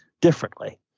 differently